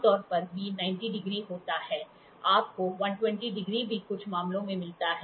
आम तौर पर वी 90° होता है आपको 120 ° भी कुछ मामलों में मिलता है